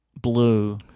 blue